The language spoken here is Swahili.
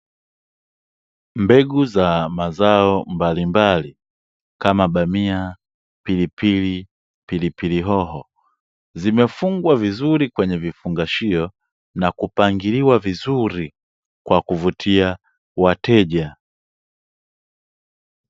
Mbegu za mazao mbalimbali kama bamia, pilipili, pilipili hoho, zimefungwa vizuri kwenye vifungashio na kupangiliwa vizuri kwa kuvutia wateja.